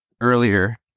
earlier